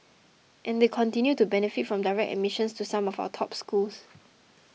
and they continue to benefit from direct admissions to some of our top schools